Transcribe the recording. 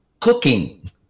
cooking